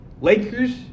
Lakers